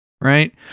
Right